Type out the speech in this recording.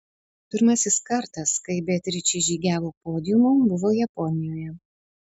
pirmasis kartas kai beatričė žygiavo podiumu buvo japonijoje